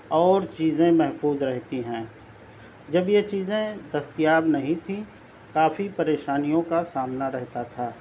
اور چیزیں محفوظ رہتی ہیں جب یہ چیزیں دستیاب نہیں تھیں کافی پریشانیوں کا سامنا رہتا تھا